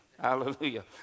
Hallelujah